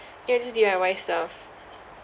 ya just D_I_Y stuff